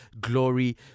glory